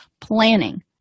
planning